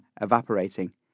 evaporating